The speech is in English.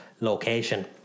location